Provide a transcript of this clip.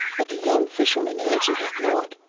but the young fisherman answered it nought,